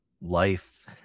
life